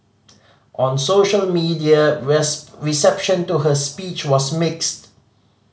on social media reception to her speech was mixed